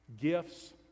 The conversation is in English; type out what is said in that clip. gifts